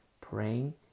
praying